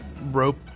rope